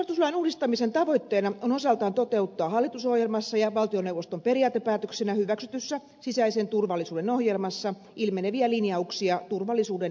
pelastuslain uudistamisen tavoitteena on osaltaan toteuttaa hallitusohjelmassa ja valtioneuvoston periaatepäätöksenä hyväksytyssä sisäisen turvallisuuden ohjelmassa ilmeneviä linjauksia turvallisuuden edistämiseksi